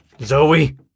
Zoe